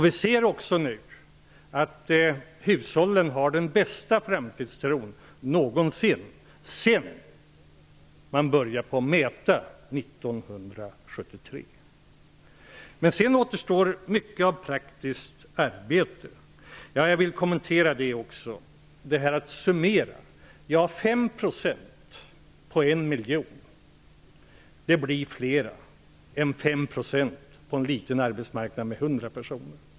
Vi ser också att hushållen nu har den bästa framtidstron någonsin, sedan man började mäta 1973. Sedan återstår mycket praktiskt arbete. Jag vill kommentera hur man gör en summering. Ja, 5 % på en miljon blir fler än 5 % på en liten arbetsmarknad med 100 personer.